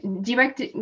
direct